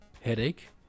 headache